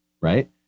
right